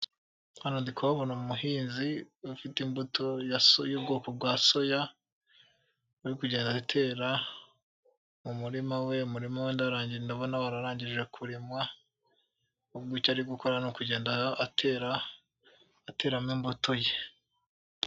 Umuhinzi ufite imbuto y'ubwoko bwa soya uri kugenda atera mu murima we umurima we yarangije kurima ahubwo icyo ari gukora ni ukugenda atera ateramo imbuto ye.